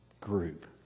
group